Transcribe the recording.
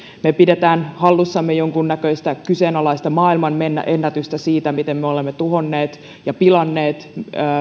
me pidämme hallussamme jonkunnäköistä kyseenalaista maailmanennätystä siinä miten me olemme tuhonneet ja pilanneet